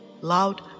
Loud